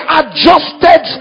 adjusted